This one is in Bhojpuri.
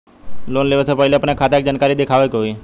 लोन लेवे से पहिले अपने खाता के जानकारी दिखावे के होई?